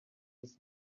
this